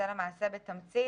זה, בתמצית,